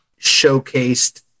showcased